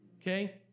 okay